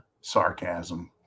sarcasm